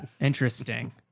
Interesting